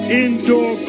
indoor